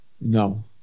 No